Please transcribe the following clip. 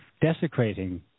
desecrating